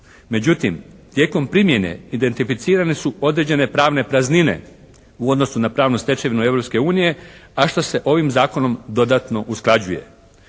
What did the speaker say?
Međutim, tijekom primjene identificirane su određene pravne praznine u odnosu na pravnu stečevinu Europske unije, a šta se ovim zakonom dodatno usklađuje.